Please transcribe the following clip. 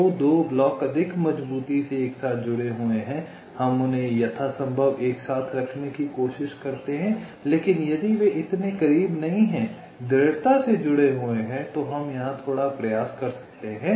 जो दो ब्लॉक अधिक मजबूती से एक साथ जुड़े हुए हैं हम उन्हें यथासंभव एक साथ रखने की कोशिश करते हैं लेकिन यदि वे इतने करीब नहीं हैं दृढ़ता से जुड़े हुए तो हम यहां थोड़ा प्रयास कर सकते हैं